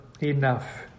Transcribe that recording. enough